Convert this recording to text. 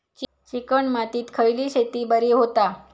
Chicken मातीत खयली शेती बरी होता?